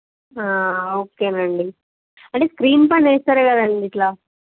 okay నండి అంటే screen పైన వేస్తారు కదండీ ఇలా